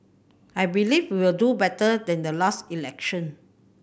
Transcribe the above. I believe we will do better than the last election